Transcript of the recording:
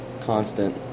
constant